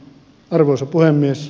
arvoisa puhemies